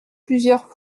plusieurs